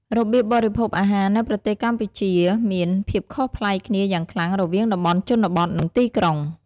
របៀបបរិភោគអាហារនៅប្រទេសកម្ពុជាមានភាពខុសប្លែកគ្នាយ៉ាងខ្លាំងរវាងតំបន់ជនបទ និងទីក្រុង ។